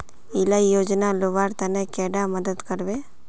इला योजनार लुबार तने कैडा मदद करबे?